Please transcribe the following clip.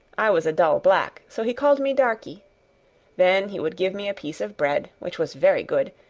i was a dull black, so he called me darkie then he would give me a piece of bread, which was very good,